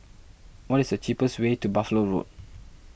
what is the cheapest way to Buffalo Road